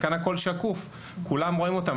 כאן הכל שקוף; כולם רואים אותה.